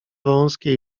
wąskie